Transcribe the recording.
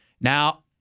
Now